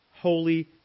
holy